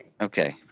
Okay